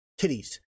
titties